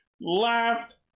laughed